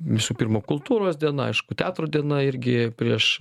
visų pirma kultūros diena aišku teatro diena irgi prieš